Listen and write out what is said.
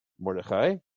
Mordechai